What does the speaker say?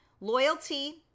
loyalty